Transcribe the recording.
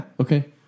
Okay